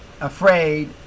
afraid